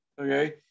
okay